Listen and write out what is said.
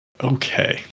Okay